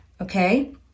okay